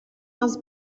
was